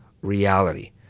reality